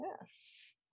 yes